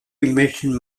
emission